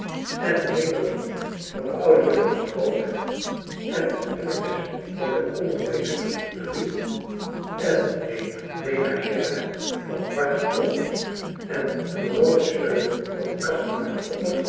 en een vingerling van de oude juffrouw de groot en een pennemes van den ondermeester de riet en een ménagère van bartje blom en een horlogesleutel van den kastemaker opper